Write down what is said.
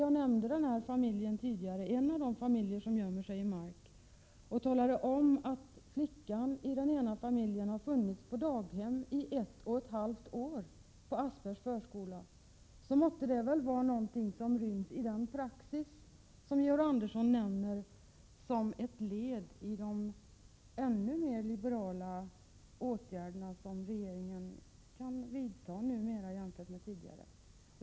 Jag nämnde tidigare ett par familjer som gömmer sig i Marks kommun. Flickan i en av familjerna har funnits på daghem i ett och ett halvt år, på Assbergs förskola. Detta måtte väl vara någonting som ryms inom den praxis som Georg Andersson anger som ett led i de ännu mer liberala åtgärder som regeringen numera kan vidta, jämfört med tidigare.